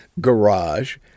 garage